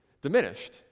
diminished